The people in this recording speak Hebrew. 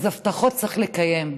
אז הבטחות צריך לקיים,